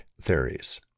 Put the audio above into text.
theories